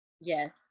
yes